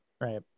right